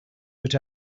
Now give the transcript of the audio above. but